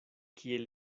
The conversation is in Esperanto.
kiel